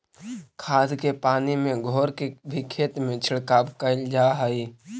खाद के पानी में घोर के भी खेत में छिड़काव कयल जा हई